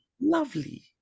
Lovely